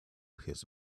his